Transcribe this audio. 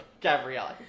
Gabrielle